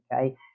Okay